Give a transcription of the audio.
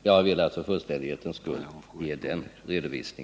Jag har för fullständighetens skull velat ge denna redovisning.